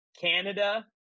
Canada